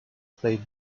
played